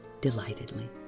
delightedly